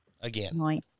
Again